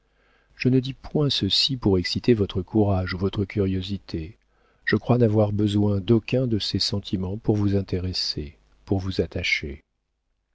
je ne dis point ceci pour exciter votre courage ou votre curiosité je crois n'avoir besoin d'aucun de ces sentiments pour vous intéresser pour vous attacher